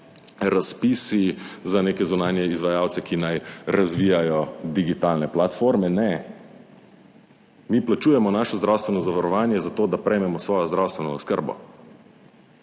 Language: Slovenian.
razpisi za neke zunanje izvajalce, ki naj razvijajo digitalne platforme? Ne, mi plačujemo naše zdravstveno zavarovanje za to, da prejmemo svojo zdravstveno oskrbo,